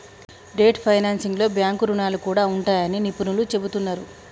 debt ఫైనాన్సింగ్లో bank రుణాలు కూడా ఉంటాయని నిపుణులు చెబుతున్నరు